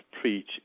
preach